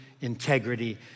integrity